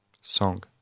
Song